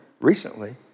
recently